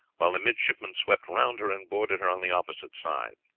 while the midshipmen swept round her, and boarded her on the opposite side.